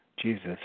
Jesus